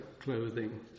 clothing